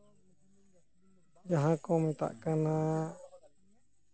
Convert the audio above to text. ᱡᱟᱦᱟᱸ ᱠᱚ ᱢᱮᱛᱟᱜ ᱠᱟᱱᱟ